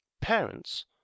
parents